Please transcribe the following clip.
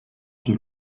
une